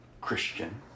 Christian